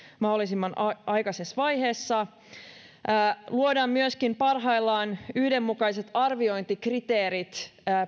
mahdollisimman aikaisessa vaiheessa parhaillaan luodaan myöskin yhdenmukaiset arviointikriteerit